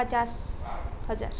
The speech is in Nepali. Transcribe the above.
पचास हजार